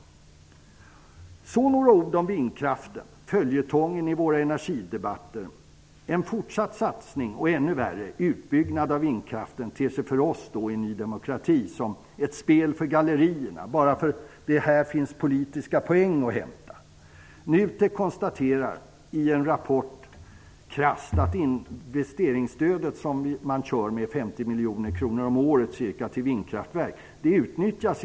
Jag skall nu säga några ord om vindkraften -- följetongen i våra energidebatter. En fortsatt satsning och -- ännu värre -- en utbyggnad av vindkraften ter sig för oss i Ny demokrati som ett spel för gallerierna. Det finns politiska poäng att hämta i det sammanhanget. NUTEK konstaterar krasst i en rapport att det investeringsstöd om ca 50 miljoner kronor per år som går till vindkraftverk inte utnyttjas.